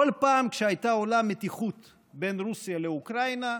כל פעם כשהייתה עולה המתיחות בין רוסיה לאוקראינה,